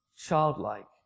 Childlike